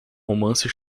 romance